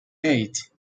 eight